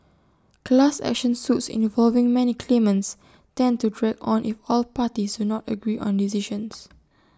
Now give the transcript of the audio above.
class action suits involving many claimants tend to drag on if all parties do not agree on decisions